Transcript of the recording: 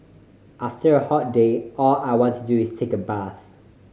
after a hot day all I want to do is take a bath